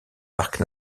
parcs